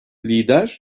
lider